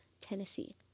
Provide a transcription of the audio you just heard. Tennessee